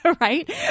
right